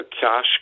cash